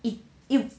if